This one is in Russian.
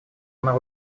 она